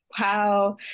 Wow